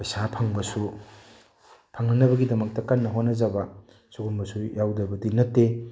ꯄꯩꯁꯥ ꯐꯪꯕꯁꯨ ꯐꯪꯅꯅꯕꯒꯤꯗꯃꯛꯇ ꯀꯟꯅ ꯍꯣꯠꯅꯖꯕ ꯁꯤꯒꯨꯝꯕꯁꯨ ꯌꯥꯎꯗꯕꯗꯤ ꯅꯠꯇꯦ